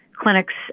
clinics